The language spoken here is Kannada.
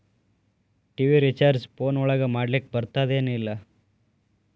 ಟಿ.ವಿ ರಿಚಾರ್ಜ್ ಫೋನ್ ಒಳಗ ಮಾಡ್ಲಿಕ್ ಬರ್ತಾದ ಏನ್ ಇಲ್ಲ?